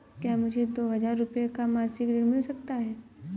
क्या मुझे दो हजार रूपए का मासिक ऋण मिल सकता है?